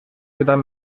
ciutat